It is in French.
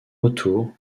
autour